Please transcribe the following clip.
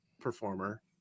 performer